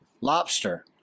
lobster